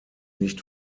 nicht